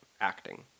acting